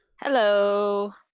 Hello